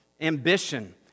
ambition